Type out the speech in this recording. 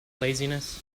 laziness